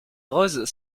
roses